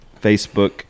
Facebook